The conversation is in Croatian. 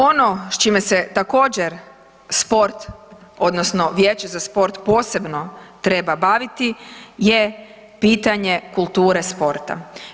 Ono s čime se također sport odnosno Vijeće za sport posebno treba baviti je pitanje kulture sporta.